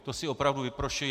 To si opravdu vyprošuji.